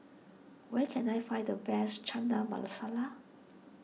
where can I find the best Chana Masala